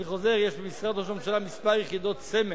אני חוזר, יש במשרד ראש הממשלה כמה יחידות סמך,